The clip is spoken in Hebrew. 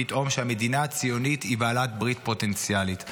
פתאום שהמדינה הציונית היא בעלת ברית פוטנציאלית.